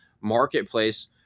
marketplace